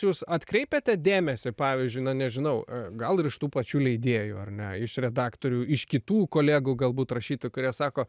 jūs atkreipiate dėmesį pavyzdžiui na nežinau gal ir iš tų pačių leidėjų ar ne iš redaktorių iš kitų kolegų galbūt rašytojų kurie sako